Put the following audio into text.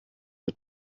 mit